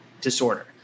disorder